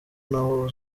n’aho